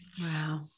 Wow